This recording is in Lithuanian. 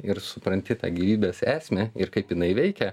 ir supranti tą gyvybės esmę ir kaip jinai veikia